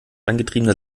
angetriebene